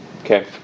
Okay